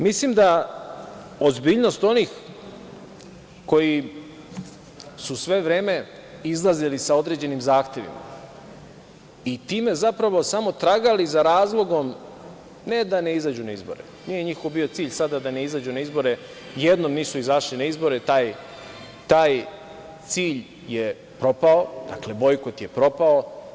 Mislim da ozbiljnost onih koji su sve vreme izlazili sa određenim zahtevima i time zapravo samo tragali za razlogom ne da ne izađu na izbore, nije njihov bio cilj sada da ne izađu na izbore, jednom nisu izašli na izbore, taj cilj je propao, dakle, bojkot je propao.